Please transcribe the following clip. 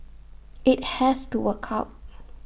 IT has to work out